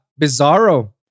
Bizarro